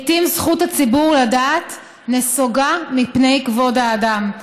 לעיתים זכות הציבור לדעת נסוגה מפני כבוד האדם.